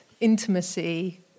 intimacy